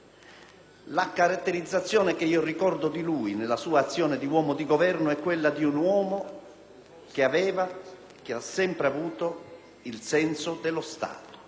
La caratteristica che ricordo di lui nella sua azione di uomo di Governo è quella di un uomo che ha sempre avuto il senso dello Stato.